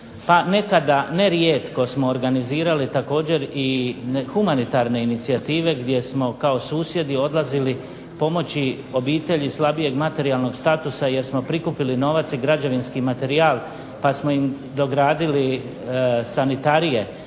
pa nekada nerijetko smo organizirali također i humanitarne inicijative gdje smo kao susjedi odlazili pomoći obitelji slabijeg materijalnog statusa jer smo prikupili novaca i građevinski materijal pa smo im dogradili sanitarije,